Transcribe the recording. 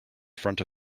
front